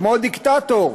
כמו דיקטטור,